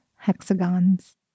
hexagons